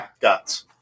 guts